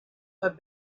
but